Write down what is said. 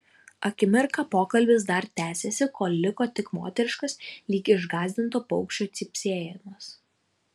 akimirką pokalbis dar tęsėsi kol liko tik moteriškas lyg išgąsdinto paukščio cypsėjimas